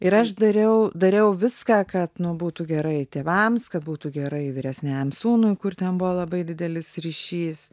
ir aš dariau dariau viską kad nu būtų gerai tėvams kad būtų gerai vyresniajam sūnui kur ten buvo labai didelis ryšys